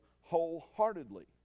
wholeheartedly